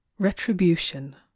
Retribution